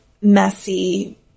messy